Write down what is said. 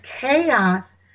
chaos